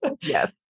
Yes